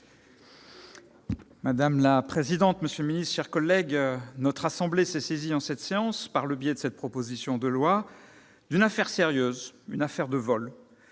Madame la présidente, monsieur le ministre, mes chers collègues, notre assemblée s'est saisie, en cette séance, par le biais de cette proposition de loi, d'une affaire sérieuse : une affaire de vol,